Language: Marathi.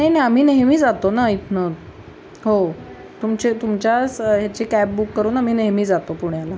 नाही ना आम्ही नेहमी जातो ना इथून हो तुमचे तुमच्याच ह्याची कॅब बुक करून आम्ही नेहमी जातो पुण्याला